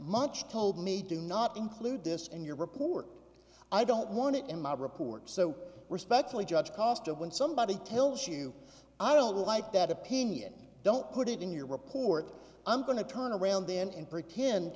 much told me do not include this in your report i don't want it in my report so respectfully judge costa when somebody tells you i don't like that opinion don't put it in your report i'm going to turn around and pretend